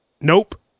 Nope